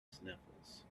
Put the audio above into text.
sniffles